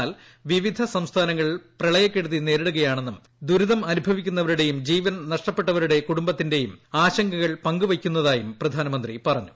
എന്നൂാൽ വിവിധ സംസ്ഥാനങ്ങൾ പ്രളയക്കെടുതി നേരിടുകയാണ്ണിന്നും ദുരിതമനുഭവിക്കുന്നവരുടെയും ജീവൻ നഷ്ടപ്പെട്ടവരുടെ കുടൂംബത്തിന്റെയും ആശങ്കകൾ പങ്കുവയ്ക്കുന്നതായി പ്രധാനമന്ത്രി പറഞ്ഞു